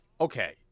Okay